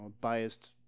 biased